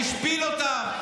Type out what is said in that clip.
הוא השפיל אותם,